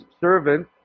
servant